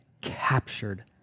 captured